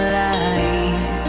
life